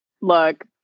look